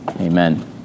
amen